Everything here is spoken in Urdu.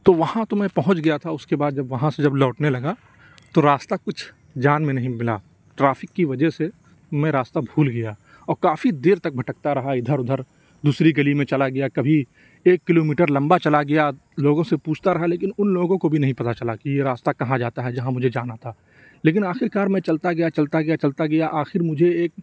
تو وہاں تو میں پہنچ گیا تھا اُس کے بعد جب وہاں سے جب لوٹنے لگا تو راستہ کچھ جان میں نہیں ملا ٹریفک کی وجہ سے میں راستہ بھول گیا اور کافی دیر تک بھٹکتا رہا اِدھر اُدھر دوسری گلّی میں چلا گیا کبھی ایک کلو میٹر لمبا چلا گیا لوگوں سے پوچھتا رہا لیکن اُن لوگوں کو بھی نہیں پتا چلا کہ یہ راستہ کہاں جاتا ہے جہاں مجھے جانا تھا لیکن آخرکار میں چلتا گیا چلتا گیا چلتا گیا آخر مجھے ایک